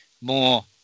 more